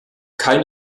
kein